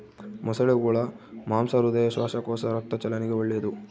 ಮೊಸಳೆಗುಳ ಮಾಂಸ ಹೃದಯ, ಶ್ವಾಸಕೋಶ, ರಕ್ತ ಚಲನೆಗೆ ಒಳ್ಳೆದು